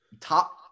top